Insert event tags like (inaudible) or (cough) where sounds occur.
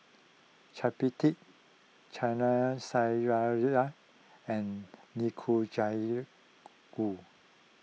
Chapati Chana (unintelligible) and (unintelligible)